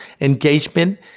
engagement